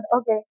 Okay